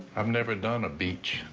i've never done a beach.